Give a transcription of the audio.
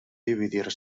dividir